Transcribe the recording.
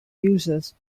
users